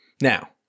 now